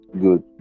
good